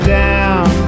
down